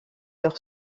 leur